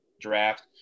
draft